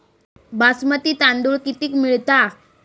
बासमती तांदूळ कितीक मिळता?